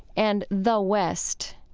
and the west,